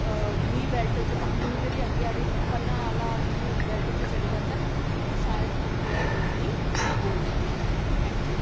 दूई बैल्ट च अखनूर दे बी अग्गें आह्ली पलांआला दी बैल्ट च चली जाचै उत्थे शायद ओह् प्योर डोगरी बोलदे न जी थैंक्यू